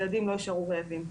ילדים לא יישארו רעבים.